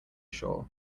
shore